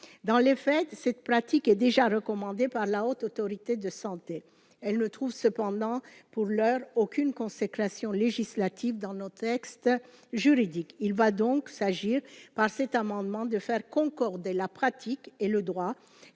dans les fêtes, cette pratique est déjà recommandé par la Haute autorité de santé, elle ne trouve cependant pour l'heure aucune consécration législative dans nos textes juridiques, il va donc s'agir par cet amendement de faire concorder la pratique et le droit,